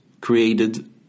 created